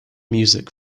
music